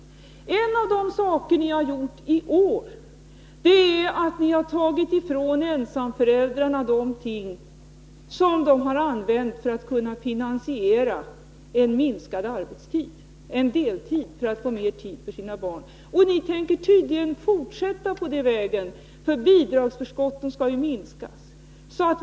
En av de saker ni har gjort i år är att ta ifrån ensamföräldrarna något — nämligen bostadsbidragen — som de har kunnat använda för att finansiera en minskad arbetstid, en deltid, för att få mer tid för sina barn. Ni tänker tydligen fortsätta på den vägen, för bidragsförskotten skall ju också minskas.